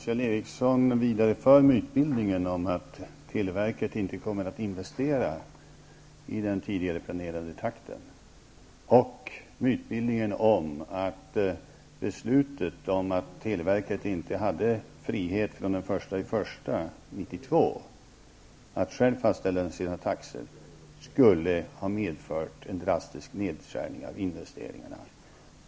Herr talman! Kjell Ericsson talade om att televerket inte kommer att investera i den tidigare planerade takten och att beslutet om att televerket inte hade frihet från den 1 januari 1992 att självt fastställa sina taxor skulle ha medfört en drastisk nedskärning av investeringarna.